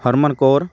Harman Kaur